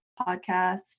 podcast